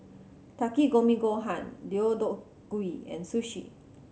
Takikomi Gohan Deodeok Gui and Sushi